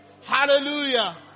Hallelujah